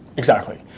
exactly.